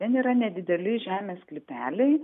ten yra nedideli žemės sklypeliai